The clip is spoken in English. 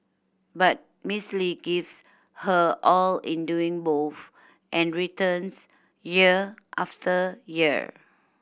but Miss Lee gives her all in doing both and returns year after year